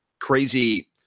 crazy